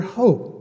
hope